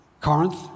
Corinth